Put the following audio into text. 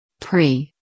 pre